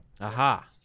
Aha